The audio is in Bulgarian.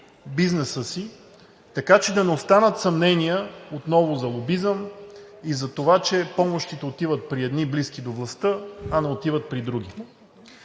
бизнеса си, така че да не останат съмнения отново за лобизъм и за това, че помощите отиват при едни, близки до властта, а не отиват при други.